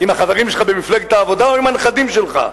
עם החברים שלך במפלגת העבודה או עם הנכדים שלך?